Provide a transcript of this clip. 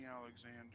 Alexander